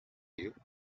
you